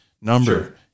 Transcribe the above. number